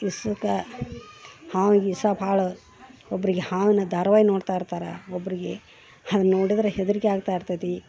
ವಿಷಕ್ಕಾ ಹಾವಿಗೆ ವಿಷ ಭಾಳ ಒಬ್ರಿಗೆ ಹಾವನ್ನ ಧಾರ್ವಾಯಿ ನೋಡ್ತಾ ಇರ್ತಾರ ಒಬ್ಬರಿಗೆ ಹಾಗ್ ನೋಡಿದರೆ ಹೆದ್ರಿಕೆ ಆಗ್ತಾ ಇರ್ತದೆ